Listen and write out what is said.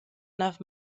enough